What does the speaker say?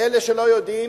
לאלה שלא יודעים,